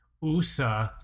Usa